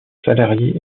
salariés